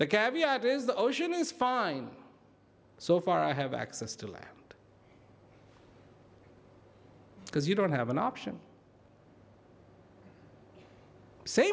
the caviar it is the ocean is fine so far i have access to land because you don't have an option same